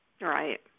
Right